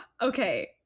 okay